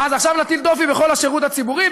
אז עכשיו נטיל דופי בכל השירות הציבורי?